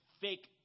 fake